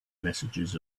messages